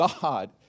God